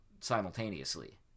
simultaneously